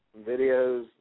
videos